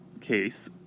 case